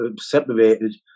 separated